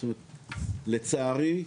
לצערי,